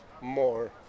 more